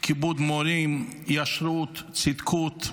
כיבוד מורים, ישרות, צדקות,